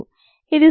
ఇది సుమారు 2